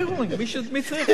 מי צריך pre rulling?